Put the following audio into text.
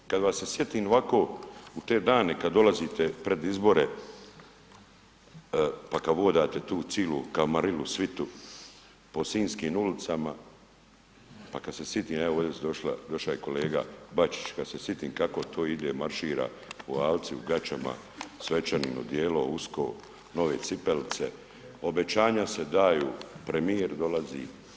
Kad vas se sjetim ovako u te dane kad dolazite pred izbore pa kad vodate tu cijelu kamarilu, svitu po sinjskim ulicama pa kad se sjetim evo, ovdje su došla, došao je kolega Bačić, kad se sjetim kako to ide, maršira po Alci u gaćama, svečanim, odijelo usko, nove cipelice, obećanja se daju, premijer dolazi.